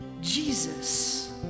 Jesus